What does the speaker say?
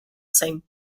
same